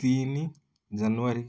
ତିନି ଜାନୁଆରୀ